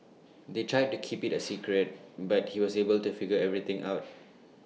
they tried to keep IT A secret but he was able to figure everything out